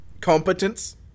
Competence